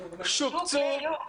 "שופצו",